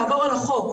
לעבור על החוק.